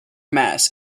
mass